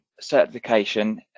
certification